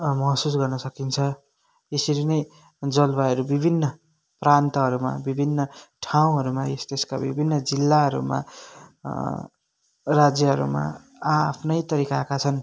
महसुस गर्न सकिन्छ यसरी नै जलवायुहरू विभिन्न प्रान्तहरूमा विभिन्न ठाउँहरूमा यस देशका विभिन्न जिल्लाहरूमा राज्यहरूमा आ आफ्ना तरिकाका छन्